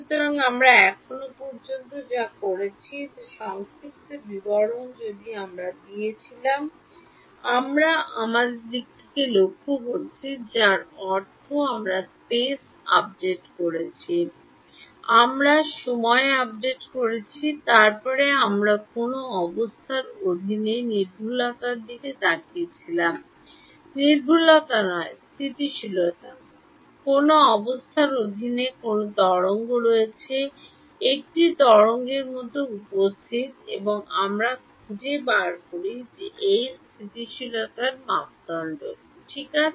সুতরাং আমরা এখন পর্যন্ত আমরা যা করেছি তার সংক্ষিপ্ত বিবরণ যদি আমরা দিয়েছিলাম আমরা আমাদের দিকে লক্ষ্য করেছি যার অর্থ আমরা স্পেস আপডেট করেছি আমরা সময় আপডেট করেছি তারপরে আমরা কোন অবস্থার অধীনে নির্ভুলতার দিকে তাকিয়েছিলাম নির্ভুলতা নয় স্থিতিশীলতা কোন অবস্থার অধীনে কোন তরঙ্গ রয়েছে একটি তরঙ্গের মতো উপস্থিত হয় এবং আমরা খুঁজে বের করি যা এই স্থির স্থিতিশীলতার মাপদণ্ড ঠিক আছে